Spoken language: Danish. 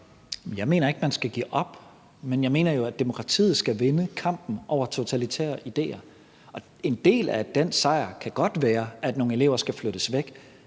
Jeg mener ikke, at man skal give op, men jeg mener, at demokratiet skal vinde kampen over totalitære idéer. Og en del af den sejr kan godt være, at nogle elever skal flyttes væk,